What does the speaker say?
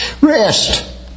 rest